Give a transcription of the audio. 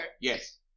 Yes